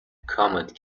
comet